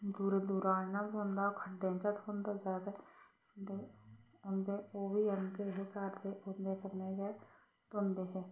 दूरा दूरा आह्नना पौंदा हा खड्डें चा थ्होंदा ज्यादा ते उंदे ओह् बी आह्नदे हे घर ते उंदे कन्नै गै धोंदे हे